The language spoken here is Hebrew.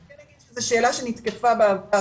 אני כן אגיד שזה שאלה שנתקפה בעבר,